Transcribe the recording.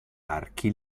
archi